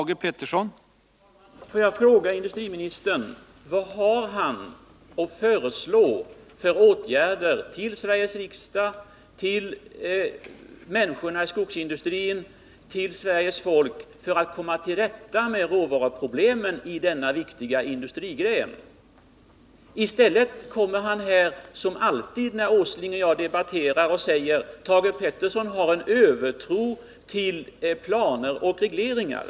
Herr talman! Får jag fråga industriministern: Vilka åtgärder vill industriministern föreslå Sveriges riksdag, människorna i skogsindustrin och Sveriges folk, för att komma till rätta med råvaruproblemen inom denna viktiga industrigren? I stället för att komma med sådana förslag säger industriministern nu —- som alltid när Nils Åsling och jag debatterar: Thage Peterson har en övertro på planer och regleringar.